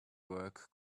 work